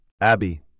Abby